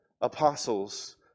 apostles